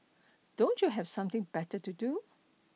don't you have something better to do